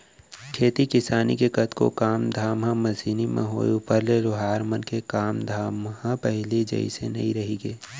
खेती किसानी के कतको काम धाम ह मसीनी म होय ऊपर ले लोहार मन के काम धाम ह पहिली जइसे नइ रहिगे